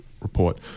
report